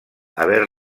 haver